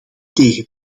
tegen